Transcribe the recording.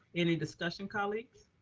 any discussion colleagues?